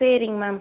சரிங்க மேம்